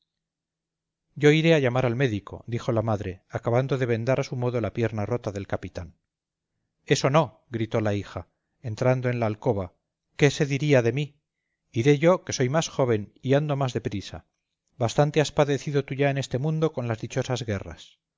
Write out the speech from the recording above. yo iré a llamar al médico dijo la madre acabando de vendar a su modo la pierna rota del capitán eso no gritó la hija entrando en la alcoba qué se diría de mí iré yo que soy más joven y ando más de prisa bastante has padecido tú ya en este mundo con las dichosas guerras